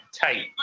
tight